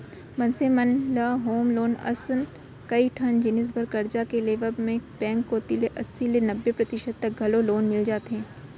मनसे मन ल होम लोन असन कइ ठन जिनिस बर करजा के लेवब म बेंक कोती ले अस्सी ले नब्बे परतिसत तक घलौ लोन मिल जाथे